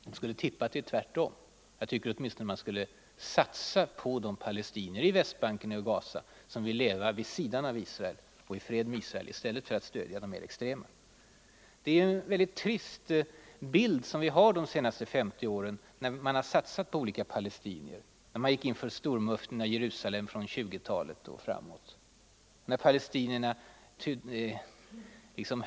Jag skulle tro att det är tvärtom. Jag tycker att man borde satsa på de palestinier på Västbanken och i Ghaza som vill leva vid sidan om Israel och i fred med Israel i stället för att stödja de mer extrema grupperna. Det är en trist bild som vi har av de senaste 50 åren när man har satsat på olika palestinier. Först Stormuftin av Jerusalem från 1920-talet och framåt.